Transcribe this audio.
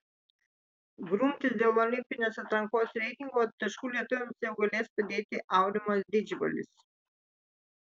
grumtis dėl olimpinės atrankos reitingo taškų lietuviams jau galės padėti aurimas didžbalis